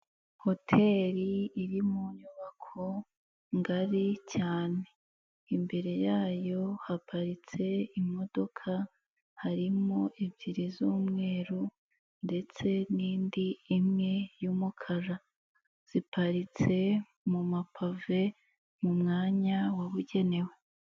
Hoteli iri mu nyubako ngari cyane, imbere yayo haparitse imodoka, harimo ebyiri z'umweru, ndetse n'indi imwe y'umukara, ziparitse mu mapave, mu mwanya wabugenewe.